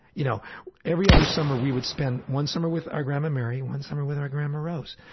you know every other summer we would spend one summer with our grandma mary, one summer with our grandma rose.